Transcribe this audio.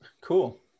cool